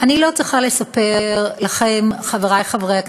אני לא צריכה לספר לכם, חברי חברי הכנסת,